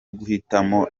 guhitamo